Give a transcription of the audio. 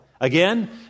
Again